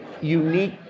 unique